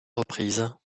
reprises